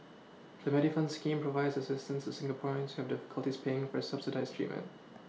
the Medifund scheme provides assistance as Singaporeans have difficulties paying for subsidized treatment